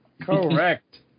Correct